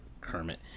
kermit